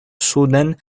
suden